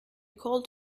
called